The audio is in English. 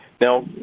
Now